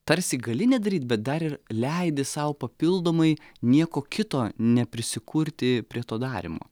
tarsi gali nedaryt bet dar ir leidi sau papildomai nieko kito neprisikurti prie to darymo